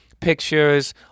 pictures